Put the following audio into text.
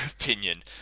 opinion